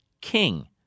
king